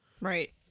Right